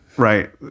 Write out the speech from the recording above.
Right